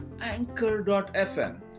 anchor.fm